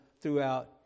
throughout